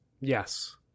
Yes